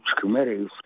committees